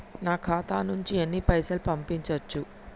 నా ఖాతా నుంచి ఎన్ని పైసలు పంపించచ్చు?